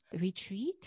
retreat